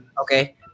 Okay